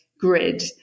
grid